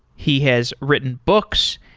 he has written books.